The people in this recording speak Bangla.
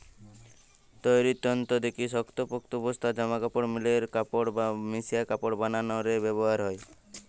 তৈরির তন্তু দিকি শক্তপোক্ত বস্তা, জামাকাপড়, মিলের কাপড় বা মিশা কাপড় বানানা রে ব্যবহার হয়